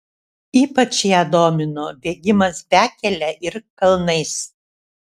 ypač ją domino bėgimas bekele ir kalnais